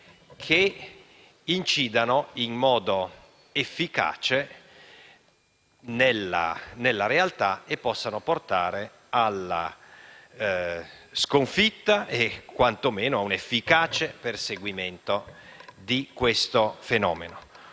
che incidano in modo efficace nella realtà e possano portare alla sconfitta e quantomeno a un efficace perseguimento di questo fenomeno.